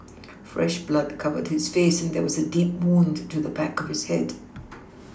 fresh blood covered his face and there was a deep wound to the back of his head